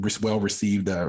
well-received